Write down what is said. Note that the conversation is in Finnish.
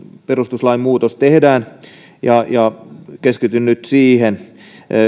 perustuslain muutos tehdään ja ja keskityn nyt siihen